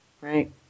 Right